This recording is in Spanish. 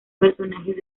personajes